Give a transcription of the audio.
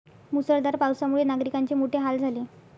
मुसळधार पावसामुळे नागरिकांचे मोठे हाल झाले